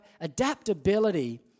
adaptability